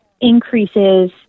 increases